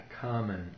common